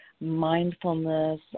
mindfulness